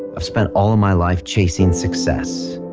i've spent all of my life chasing success.